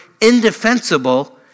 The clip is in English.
indefensible